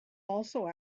also